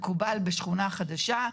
מקובל בשכונה חדשה,